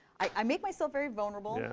i make myself very vulnerable.